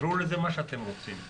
תקראו לזה מה שאתם רוצים,